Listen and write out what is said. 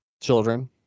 children